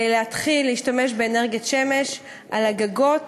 להתחיל להשתמש באנרגיית שמש על הגגות.